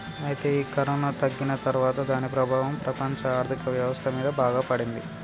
అయితే ఈ కరోనా తగ్గిన తర్వాత దాని ప్రభావం ప్రపంచ ఆర్థిక వ్యవస్థ మీద బాగా పడింది